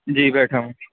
جی بیٹھا ہوں